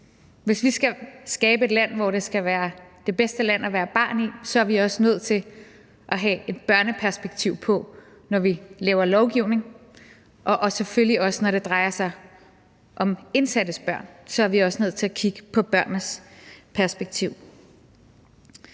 Hvis vi skal skabe et land, hvor det skal være det bedste land at være barn i, er vi også nødt til at have et børneperspektiv på, når vi laver lovgivning, og selvfølgelig også, når det drejer sig om indsattes børn – så er vi også nødt til at kigge på børnenes perspektiv